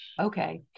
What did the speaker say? Okay